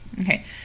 Okay